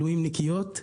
והמילואימניקיות,